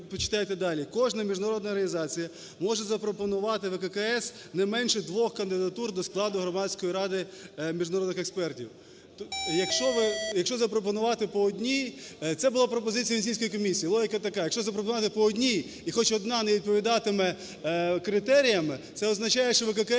кожна міжнародна організація може запропонувати ВККС не менше 2 кандидатур до складу Громадської ради міжнародних експертів. Якщо ви... якщо запропонувати по одній, це була пропозиція Венеційської комісії, логіка така, якщо запропонувати по одній і хоч одна не відповідатиме критеріям, це означає, що ВККС